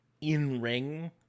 in-ring